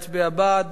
מי שנגד,